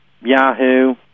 Yahoo